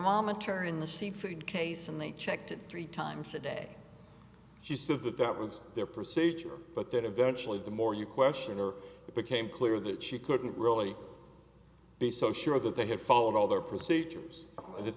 thermometer in the seafood case and they checked it three times a day she said that that was their procedure but that eventually the more you question her it became clear that she couldn't really they so sure that they had followed all their procedures and if